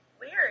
Weird